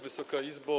Wysoka Izbo!